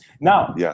Now